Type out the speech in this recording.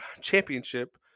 Championship